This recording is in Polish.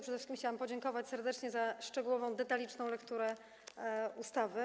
Przede wszystkim chciałam podziękować serdecznie za szczegółową, detaliczną lekturę ustawy.